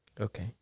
Okay